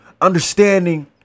understanding